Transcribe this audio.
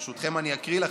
ברשותכם, אני אקריא לכם.